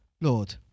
Lord